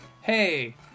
hey